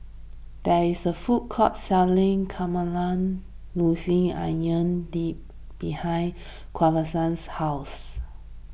there is a food court selling Caramelized Onion Dip behind house